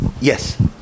Yes